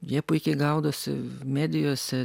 jie puikiai gaudosi medijose